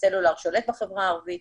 הסלולר שולט בחברה הערבית,